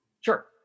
Sure